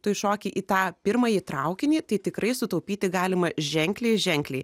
tu įšoki į tą pirmąjį traukinį tai tikrai sutaupyti galima ženkliai ženkliai